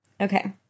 Okay